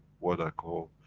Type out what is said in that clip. what i call,